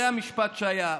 זה המשפט שהיה.